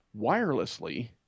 wirelessly